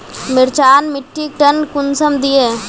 मिर्चान मिट्टीक टन कुंसम दिए?